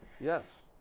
Yes